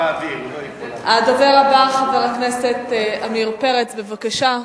הדובר הבא, חבר הכנסת עמיר פרץ, בבקשה.